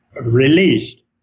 released